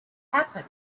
happened